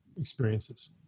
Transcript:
experiences